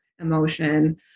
emotion